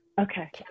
Okay